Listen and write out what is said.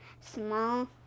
small